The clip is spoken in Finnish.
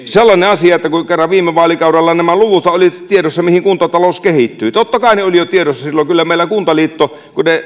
sellainen asia kun kerran viime vaalikaudella nämä luvuthan olivat tiedossa mihin kuntatalous kehittyy että totta kai ne olivat tiedossa jo silloin kyllä meillä kuntaliitto tietää